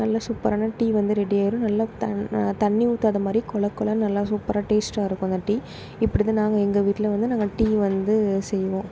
நல்ல சூப்பரான டீ வந்து ரெடி ஆயிடும் நல்லா தண் தண்ணி ஊற்றாத மாதிரி கொழகொழன்னு நல்லா சூப்பரா டேஸ்ட்டாயிருக்கும் அந்த டீ இப்படிதான் நாங்கள் எங்கள் வீட்டில் வந்து நாங்கள் டீ வந்து செய்வோம்